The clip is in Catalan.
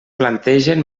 plantegen